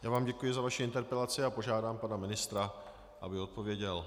Já vám děkuji za vaši interpelaci a požádám pana ministra, aby odpověděl.